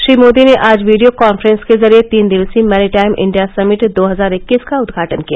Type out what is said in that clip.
श्री मोदी ने आज video conference के जरिए तीन दिवसीय मैरीटाइम इंडिया समिट दो हजार इक्कीस का उद्घाटन किया